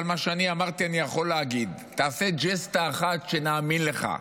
אבל מה שאני אמרתי אני יכול להגיד: תעשה ג'סטה אחת שנאמין לך.